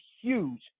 huge